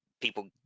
people